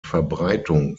verbreitung